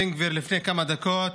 בן גביר, לפני כמה דקות,